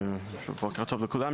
בוקר טוב לכולם,